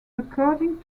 according